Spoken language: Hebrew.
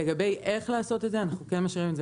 לגבי איך לעשות את זה אנחנו כן משאירים את זה